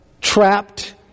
trapped